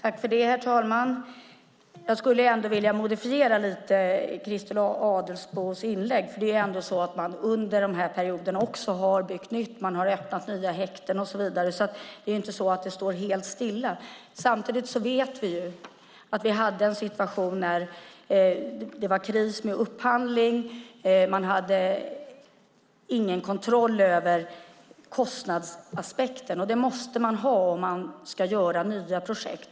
Herr talman! Jag skulle vilja modifiera Christer Adelsbos inlägg lite grann, för man har under den här perioden även byggt nytt, öppnat nya häkten och så vidare. Det står alltså inte helt stilla. Vi hade en situation när det var kris med upphandling och man hade ingen kontroll över kostnaderna. Det måste man ha om man ska starta nya projekt.